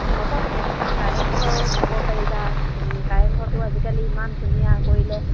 হ'ব হ'ব কাৰেংঘৰ চাব পাৰিবা কাৰেংঘৰটো আজিকালি ইমান ধুনীয়া কৰিলে